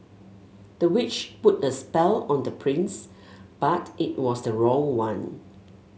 the witch put a spell on the prince but it was the wrong one